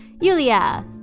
Yulia